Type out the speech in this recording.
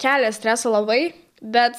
kelia stresą labai bet